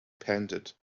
pandit